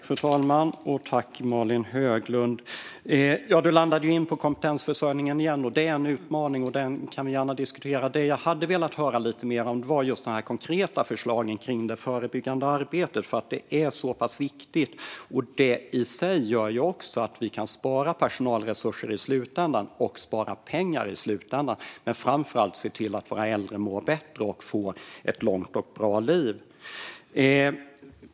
Fru talman! Du landade i kompetensförsörjningen igen, Malin Höglund. Den är en utmaning som vi gärna kan diskutera. Det jag hade velat höra lite mer om var just de konkreta förslagen kring det förebyggande arbetet, som är så viktigt och som i sig gör att vi kan spara personalresurser och pengar i slutändan men framför allt se till att våra äldre mår bättre och får ett långt och bra liv.